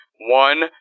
one